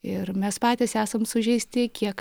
ir mes patys esam sužeisti kiek